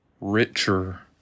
richer